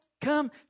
come